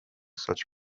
such